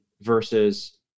versus